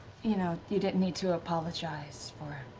you know you didn't need to apologize for